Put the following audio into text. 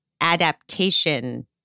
adaptation